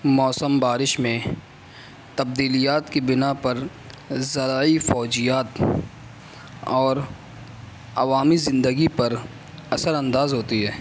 موسم بارش میں تبدیلیات کے بنا پر زرعی فوجیات اور عوامی زندگی پر اثرانداز ہوتی ہے